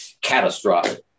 catastrophic